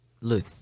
Look